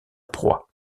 proie